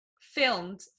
filmed